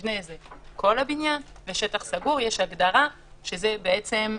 מבנה זה כל הבניין, ושטח סגור יש הגדרה שזה חלל